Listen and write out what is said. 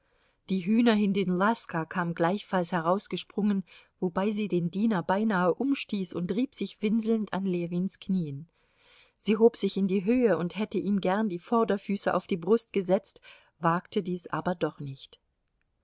die hühnerhündin laska kam gleichfalls herausgesprungen wobei sie den diener beinahe umstieß und rieb sich winselnd an ljewins knien sie hob sich in die höhe und hätte ihm gern die vorderfüße auf die brust gesetzt wagte dies aber doch nicht